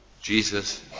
Jesus